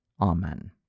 Amen